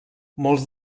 molts